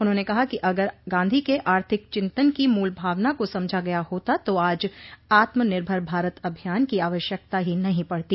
उन्होंने कहा कि अगर गांधी के आर्थिक चिंतन की मूल भावना को समझा गया होता तो आज आत्मनिर्भर भारत अभियान की आवश्यकता ही नहीं पड़ती